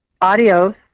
Adios